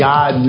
God